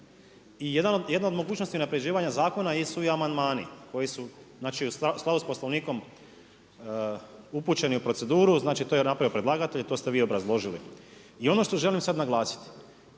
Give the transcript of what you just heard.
I jedna od mogućnosti unapređivanja zakona su i amandmani koji su u skladu sa Poslovnikom upućeni u proceduru, znači to je napravio predlagatelj, to ste vi obrazložili. I ono što želim sad naglasiti,